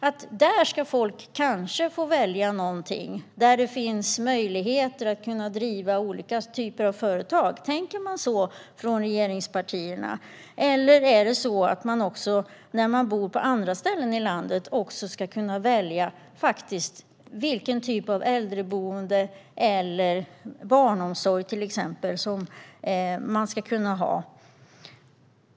Anser man att enbart folk i storstaden, där det finns möjlighet att driva olika typer av företag, ska få välja någonting? Tänker man så från regeringspartiernas sida? Eller är det så att även människor som bor på andra ställen i landet faktiskt ska kunna välja till exempel vilken typ av äldreboende eller barnomsorg de ska ha?